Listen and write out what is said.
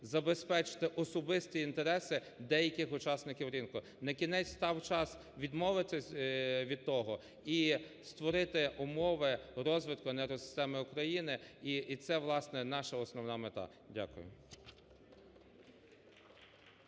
забезпечити особисті інтереси деяких учасників ринку. Накінець став час відмовитись від того і створити умови розвитку енергосистеми України, і це, власне, наша основна мета. Дякую.